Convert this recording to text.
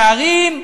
תארים,